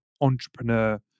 entrepreneur